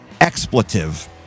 expletive